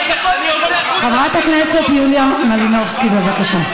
חברת הכנסת יוליה מלינובסקי, בבקשה.